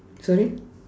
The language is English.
sorry